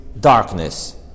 darkness